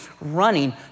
running